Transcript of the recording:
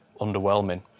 underwhelming